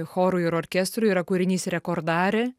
chorui ir orkestrui yra kūrinys rekordarė